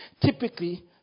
typically